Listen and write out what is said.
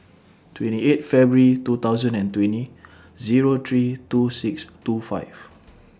twenty eight February two thousand and twenty Zero three two six two five